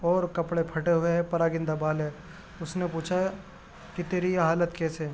اور کپڑے پھٹے ہوئے ہیں پراگندہ بال ہے اس نے پوچھا کہ تیری یہ حالت کیسے